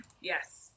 Yes